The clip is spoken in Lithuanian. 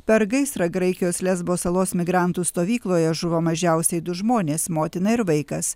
per gaisrą graikijos lesbo salos migrantų stovykloje žuvo mažiausiai du žmonės motina ir vaikas